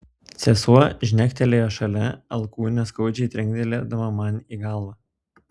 sesuo žnektelėjo šalia alkūne skaudžiai trinktelėdama man į galvą